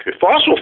fossil